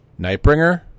Nightbringer